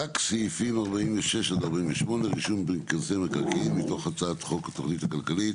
רק סעיפים 48-46 (רישום בפנקסי מקרקעין) מתוך הצעת חוק התוכנית הכלכלית